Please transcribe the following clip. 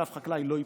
שאף חקלאי לא ייפגע.